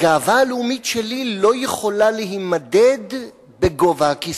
הגאווה הלאומית שלי לא יכולה להימדד בגובה הכיסא.